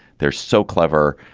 they're so clever.